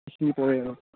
সেইখিনি পৰে আৰু